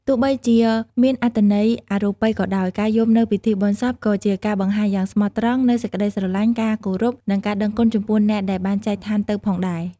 ទោះបីជាមានអត្ថន័យអរូបិយក៏ដោយ ការយំនៅពិធីបុណ្យសពក៏ជាការបង្ហាញយ៉ាងស្មោះត្រង់នូវសេចក្តីស្រឡាញ់ ការគោរព និងការដឹងគុណចំពោះអ្នកដែលបានចែកឋានទៅផងដែរ។